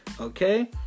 Okay